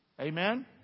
Amen